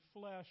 flesh